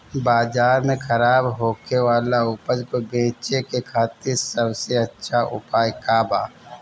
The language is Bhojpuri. बाजार में खराब होखे वाला उपज को बेचे के खातिर सबसे अच्छा उपाय का बा?